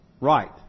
right